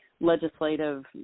legislative